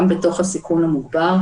גם בתוך הסיכון המוגבר,